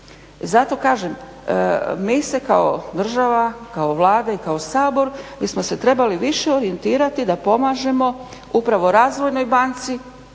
Zato kažem mi se kao država, kao Vlada i kao Sabor mi smo se trebali više orijentirati da pomažemo upravo razvojnoj banci.